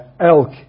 elk